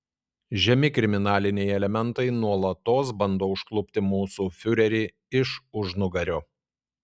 žemi kriminaliniai elementai nuolatos bando užklupti mūsų fiurerį iš užnugario